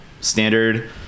standard